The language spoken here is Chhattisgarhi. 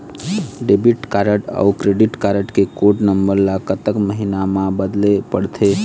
डेबिट कारड अऊ क्रेडिट कारड के कोड नंबर ला कतक महीना मा बदले पड़थे?